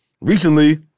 recently